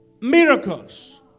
miracles